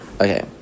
okay